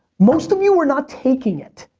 most of you were not taking it.